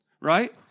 right